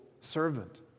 servant